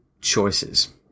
choices